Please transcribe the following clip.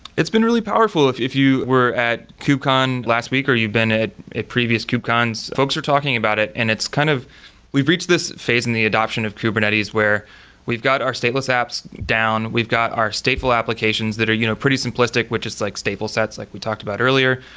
it's been really powerful. if if you were at kubecon last week, or you've been at previous kubecons, folks are talking about it and it's kind of we've reached this phase in the adoption of kubernetes, where we've got our stateless apps down, we've got our stateful applications that are you know pretty simplistic with just like stateful sets, like we talked about earlier.